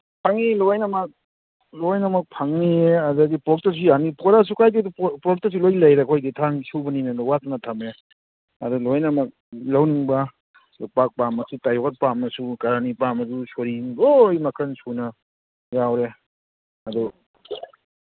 ꯐꯪꯉꯤ ꯂꯣꯏꯅꯃꯛ ꯂꯣꯏꯅꯃꯛ ꯐꯪꯅꯤꯌꯦ ꯑꯗꯒꯤ ꯄꯣꯔꯛꯇ꯭ꯔꯁꯨ ꯌꯥꯅꯤ ꯄꯣꯔꯛꯑꯁꯨ ꯀꯥꯏꯗꯦ ꯑꯗꯨ ꯄꯣꯔꯛꯇ꯭ꯔꯁꯨ ꯂꯣꯏꯅ ꯂꯩꯔꯦ ꯑꯩꯈꯣꯏꯗꯤ ꯊꯥꯡ ꯁꯨꯕꯅꯤꯅ ꯋꯥꯠꯇꯅ ꯊꯝꯃꯦ ꯑꯗꯨ ꯂꯣꯏꯅꯃꯛ ꯂꯧꯅꯤꯡꯕ ꯌꯣꯠꯄꯥꯛ ꯄꯥꯝꯃꯁꯨ ꯇꯥꯏꯌꯣꯠ ꯄꯥꯝꯃꯁꯨ ꯀꯔꯅꯤ ꯄꯥꯝꯃꯁꯨ ꯁꯣꯔꯤ ꯂꯣꯏꯅ ꯃꯈꯟ ꯁꯨꯅ ꯌꯥꯎꯔꯦ ꯑꯗꯨ